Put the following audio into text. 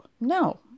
no